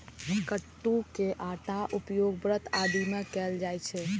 कट्टू के आटा के उपयोग व्रत आदि मे कैल जाइ छै